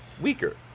weaker